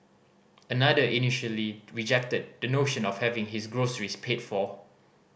another initially rejected the notion of having his groceries paid for